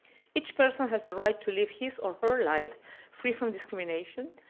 each person has a right to live his or her life free from discrimination,